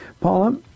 Paula